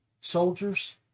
soldiers